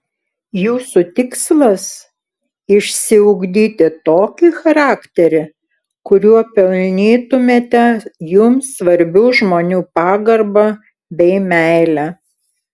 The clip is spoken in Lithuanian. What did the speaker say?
jūsų tikslas išsiugdyti tokį charakterį kuriuo pelnytumėte jums svarbių žmonių pagarbą bei meilę